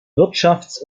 wirtschafts